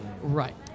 Right